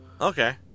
okay